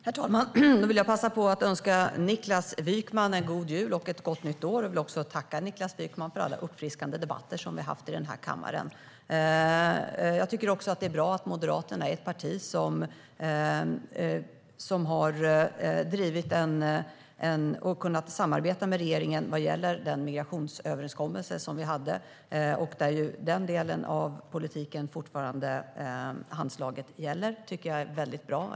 Herr talman! Jag vill passa på att önska Niklas Wykman en god jul och ett gott nytt år. Jag vill också tacka Niklas Wykman för alla uppfriskande debatter vi har haft i den här kammaren. Det är bra att Moderaterna har kunnat samarbeta med regeringen om migrationsöverenskommelsen. I den delen av politiken gäller fortfarande handslaget, vilket jag tycker är väldigt bra.